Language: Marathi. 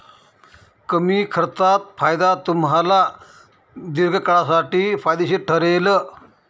कमी खर्चात फायदा तुम्हाला दीर्घकाळासाठी फायदेशीर ठरेल